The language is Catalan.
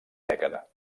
dècada